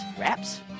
wraps